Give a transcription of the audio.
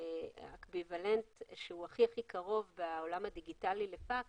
אקוויוולנט שהוא הכי קרוב בעולם הדיגיטלי לפקס,